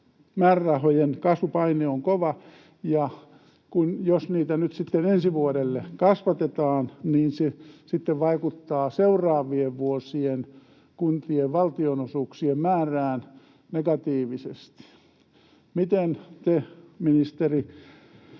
määrärahojen kasvupaine on kova, ja jos niitä nyt sitten ensi vuodelle kasvatetaan, niin se sitten vaikuttaa seuraavien vuosien kuntien valtionosuuksien määrään negatiivisesti. Miten te, ministeri,